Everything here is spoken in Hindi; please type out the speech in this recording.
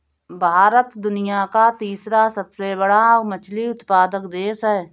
भारत दुनिया का तीसरा सबसे बड़ा मछली उत्पादक देश है